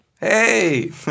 Hey